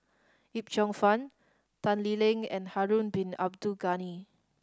Yip Cheong Fun Tan Lee Leng and Harun Bin Abdul Ghani